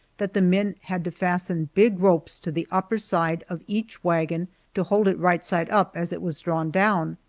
that the men had to fasten big ropes to the upper side of each wagon to hold it right side up as it was drawn down.